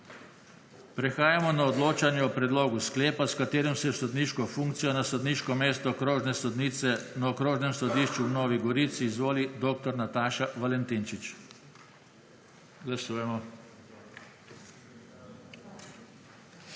Prehajamo na odločanje o predlogu sklepa, s katerim se v sodniško funkcijo na sodniško mesto okrožne sodnice na Okrožnem sodišču v Novi Gorici izvoli dr. Nataša Valentinčič. Glasujemo.